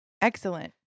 Excellent